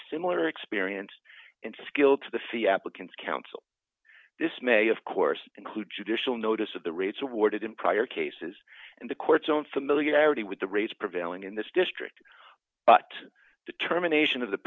similar experience and skill to the fee applicants counsel this may of course include judicial notice of the rates awarded in prior cases and the court's own familiarity with the rates prevailing in this district but determination of the